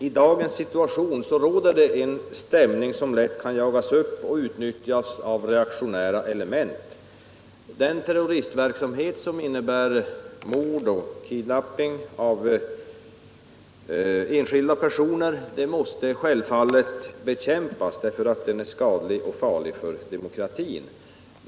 I dagens situation råder en stämning som lätt kan jagas upp och utnyttjas av reaktionära element. Den terroristverksamhet som innebär mord och kidnappning av enskilda personer måste självfallet bekämpas, därför att den är skadlig och farlig för demokratin.